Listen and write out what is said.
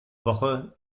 woche